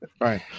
Right